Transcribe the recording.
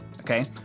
okay